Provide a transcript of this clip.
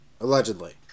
Allegedly